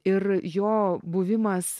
ir jo buvimas